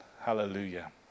Hallelujah